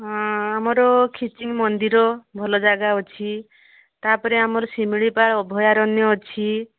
ହଁ ଆମର ଖିଚିଙ୍ଗ ମନ୍ଦିର ଭଲ ଜାଗା ଅଛି ତା'ପରେ ଆମର ଶିମିଳିପାଳ ଅଭୟାରଣ୍ୟ ଅଛି